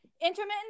Intermittent